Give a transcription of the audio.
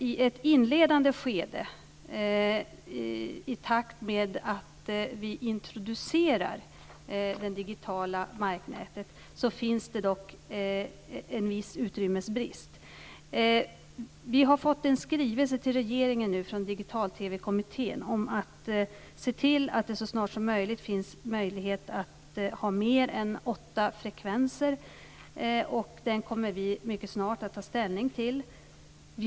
I ett inledande skede, medan vi introducerar det digitala marknätet, kommer det dock att finnas en viss utrymmesbrist. Vi har nu i regeringen fått en skrivelse från Digital-TV kommittén om att det så snart som möjligt bör införas förutsättningar för fler än 8 frekvenser. Vi kommer mycket snart att ta ställning till den.